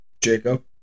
Jacob